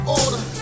order